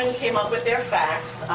and came up with their facts,